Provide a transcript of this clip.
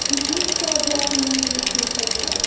یہِ چھِ حظ سِٹار ڈاکِمٮ۪نٹیشَن سٮ۪نٹَر